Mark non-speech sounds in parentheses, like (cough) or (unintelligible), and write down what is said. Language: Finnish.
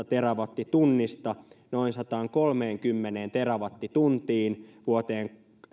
(unintelligible) terawattitunnista noin sataankolmeenkymmeneen terawattituntiin vuoteen